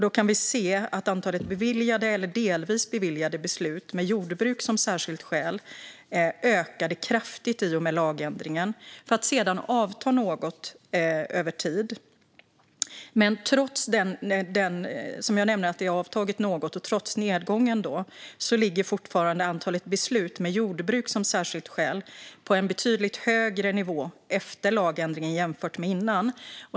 Då kan vi se att antalet beviljade eller delvis beviljade dispenser med jordbruk som särskilt skäl kraftigt ökade i och med lagändringen för att sedan avta något över tid. Men trots nedgången ligger fortfarande antalet dispenser med jordbruk som särskilt skäl på en betydligt högre nivå efter lagändringen än innan.